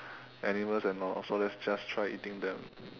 animals and all so let's just try eating them